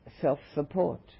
self-support